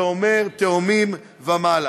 זה אומר תאומים ומעלה.